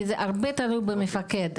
כי הרבה תלוי במפקד,